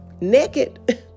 naked